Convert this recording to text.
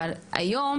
אבל היום,